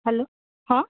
hello ହଁ